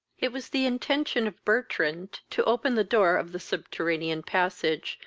it was the intention of bertrand to open the door of the subterranean passage,